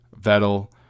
Vettel